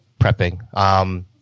prepping